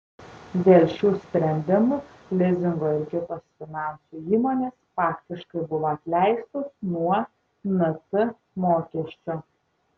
dėl šių sprendimų lizingo ir kitos finansų įmonės faktiškai buvo atleistos nuo nt mokesčio